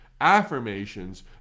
affirmations